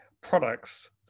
products